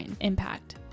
impact